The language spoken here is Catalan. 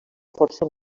força